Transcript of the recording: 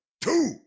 two